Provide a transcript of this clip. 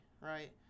right